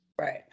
Right